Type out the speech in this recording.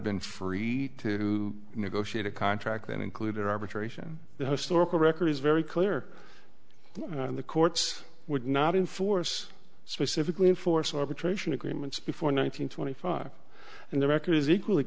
been free to negotiate a contract that included arbitration the historical record is very clear and the courts would not enforce specifically enforce arbitration agreements before nine hundred twenty five and the record is equally